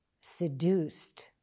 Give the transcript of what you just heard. seduced